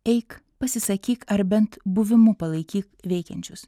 eik pasisakyk ar bent buvimu palaikyk veikiančius